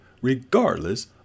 regardless